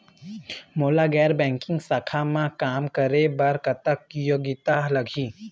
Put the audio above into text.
मोला गैर बैंकिंग शाखा मा काम करे बर कतक योग्यता लगही?